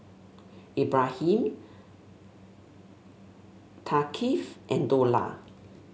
Ibrahim Thaqif and Dollah